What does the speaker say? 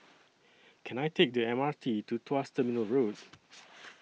Can I Take The M R T to Tuas Terminal Road